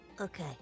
Okay